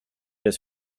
his